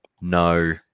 no